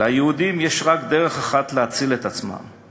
"ליהודים יש רק דרך אחת להציל את עצמם,